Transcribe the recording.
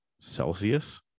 Celsius